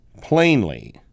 plainly